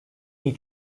iyi